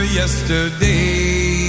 yesterday